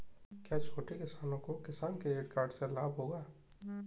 क्या छोटे किसानों को किसान क्रेडिट कार्ड से लाभ होगा?